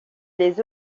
les